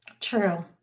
True